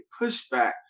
pushback